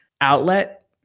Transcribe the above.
outlet